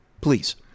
please